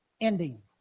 ending